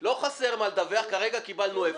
לא חסר מה לדווח, וכרגע קיבלנו אפס.